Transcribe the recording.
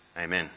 Amen